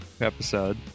episode